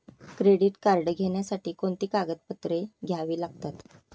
Credit card घेण्यासाठी कोणती कागदपत्रे घ्यावी लागतात?